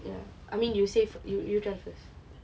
ya I mean you say you try first